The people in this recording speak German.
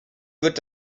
wird